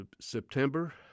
September